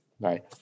right